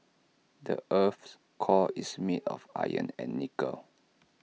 the Earth's core is made of iron and nickel